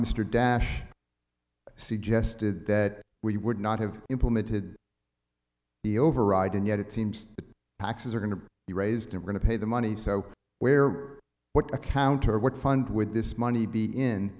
mr dash suggested that we would not have implemented the override and yet it seems that taxes are going to be raised i'm going to pay the money so where what i counter what fund with this money be in